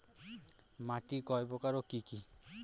মাটি কয় প্রকার ও কি কি?